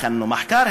הכנו מחקר,